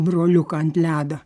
broliuką ant ledo